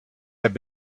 have